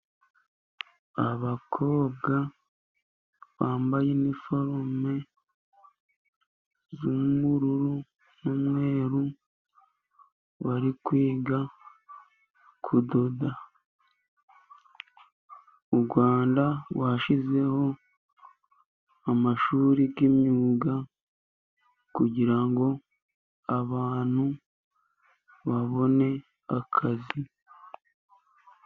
Abakobwa bambaye iniforume z'ubururu n'umweru, bari kwiga kudoda. U Rwanda rwashyizeho amashuri y'imyuga kugira ngo abantu babone akazi.